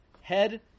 head